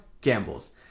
gambles